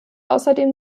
außerdem